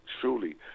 truly